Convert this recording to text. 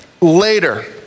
later